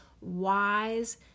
wise